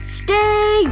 stay